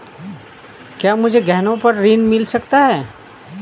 क्या मुझे गहनों पर ऋण मिल सकता है?